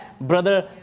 Brother